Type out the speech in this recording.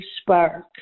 spark